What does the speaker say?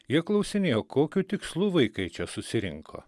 jie klausinėjo kokiu tikslu vaikai čia susirinko